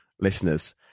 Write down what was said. listeners